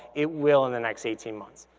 it will in the next eighteen months.